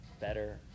better